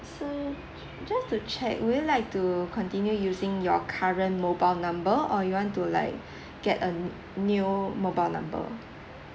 so just to check would you like to continue using your current mobile number or you want to like get a new mobile number